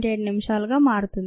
7 నిమిషాలుగా మారుతుంది